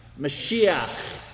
Mashiach